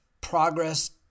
progress